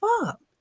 up